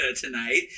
tonight